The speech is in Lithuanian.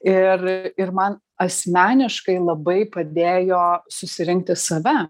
ir ir man asmeniškai labai padėjo susirinkti save